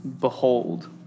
Behold